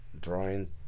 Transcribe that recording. drawing